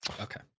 Okay